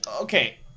okay